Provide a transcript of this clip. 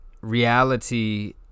reality